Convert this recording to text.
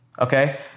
Okay